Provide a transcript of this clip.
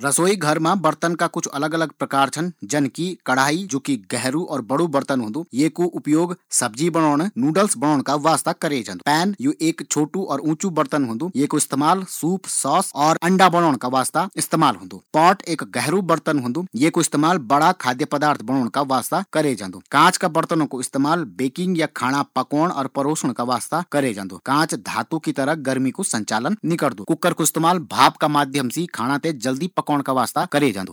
रसोई घर मा बर्तन का कुछ अलग अलग प्रकार छन जनकी कढ़ाई जैकू उपयोग सब्जी बणोंन का वास्ता होन्दु पैन येकु इस्तेमाल सूप सौस अंडा आमलेट बणोंन का वास्ता होन्दु कुकर ये मा भाप द्वारा जल्दी खाना बनाये जांदु